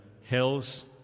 hills